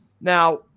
Now